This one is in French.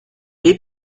les